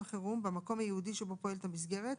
חירום במקום הייעודי שבו פועלת המסגרת,